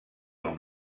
amb